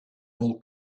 all